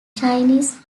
chinese